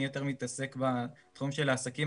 אני יותר מתעסק בתחום של העסקים,